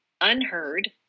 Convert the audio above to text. unheard